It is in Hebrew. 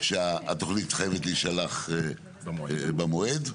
שהתוכנית חייבת להישלח במועד,